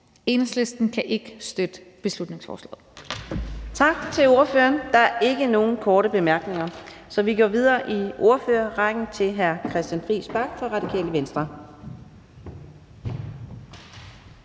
Enhedslisten kan ikke støtte beslutningsforslaget.